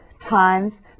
times